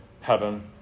heaven